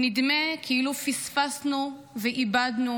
נדמה כאילו פספסנו ואיבדנו,